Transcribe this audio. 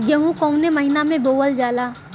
गेहूँ कवने महीना में बोवल जाला?